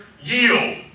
Yield